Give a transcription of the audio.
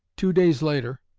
two days later,